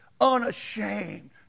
unashamed